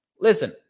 listen